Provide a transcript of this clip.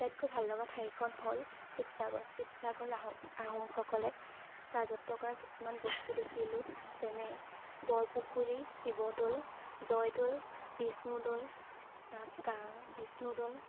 আটাইতকৈ ভাল লগা ঠাইকেইখন হ'ল শিৱসাগৰ শিৱসাগৰ আহোম আহোমসকলে ৰাজত্ব কৰা কিছুমান বস্তু দেখিলোঁ যেনে বৰপুখুৰী শিৱদৌল জয়দৌল বিষ্ণুদৌল বিষ্ণুদৌল